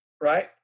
right